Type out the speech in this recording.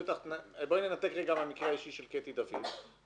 בואי ננתק רגע מהמקרה האישי של קטי דוד.